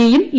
I യും E